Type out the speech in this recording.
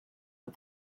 but